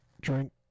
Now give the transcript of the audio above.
drink